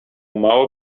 mało